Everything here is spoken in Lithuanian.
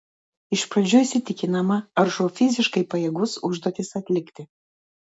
iš pradžių įsitikinama ar šuo fiziškai pajėgus užduotis atlikti